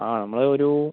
ആ നമ്മൾ ഒരു